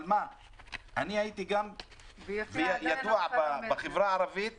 ידוע בחברה הערבית